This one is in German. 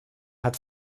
hat